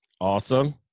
Awesome